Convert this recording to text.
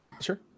Sure